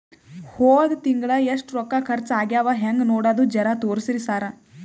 ಹೊದ ತಿಂಗಳ ಎಷ್ಟ ರೊಕ್ಕ ಖರ್ಚಾ ಆಗ್ಯಾವ ಹೆಂಗ ನೋಡದು ಜರಾ ತೋರ್ಸಿ ಸರಾ?